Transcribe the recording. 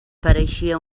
pareixia